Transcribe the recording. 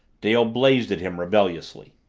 dale blazed at him rebelliously.